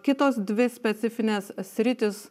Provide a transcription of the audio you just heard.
kitos dvi specifinės sritys